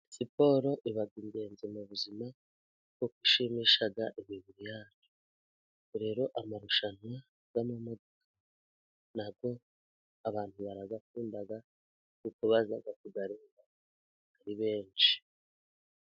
Siporo iba ingenzi mu buzima kuko ishimisha imibiri yacu, ubwo rero amarushanwa y'amamodoka na yo abantu barayakunda kuko baza kuyareba ari benshi.